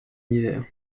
l’hiver